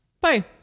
Bye